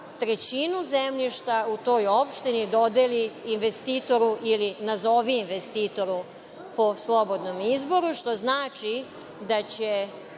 trećinu zemljišta u toj opštini dodeli investitoru, ili nazovi investitoru, po slobodnom izboru, što znači da će